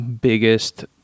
biggest